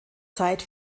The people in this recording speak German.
zeit